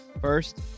First